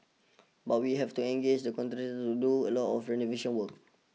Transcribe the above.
but we have to engage a contractor to do a lot of renovation work